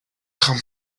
come